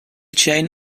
chain